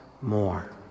more